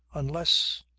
unless,